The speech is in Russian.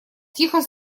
тихо